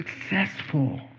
successful